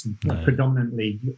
predominantly